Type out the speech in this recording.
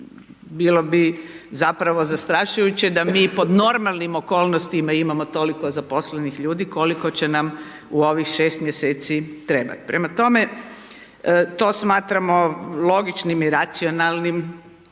bilo bi zapravo zastrašujuće da mi pod normalnim okolnostima imamo toliko zaposlenih ljudi koliko će nam u ovih 6 mjeseci trebat. Prema tome to smatramo logičnim i racionalnim da